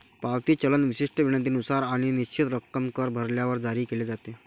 पावती चलन विशिष्ट विनंतीनुसार आणि निश्चित रक्कम कर भरल्यावर जारी केले जाते